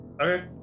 Okay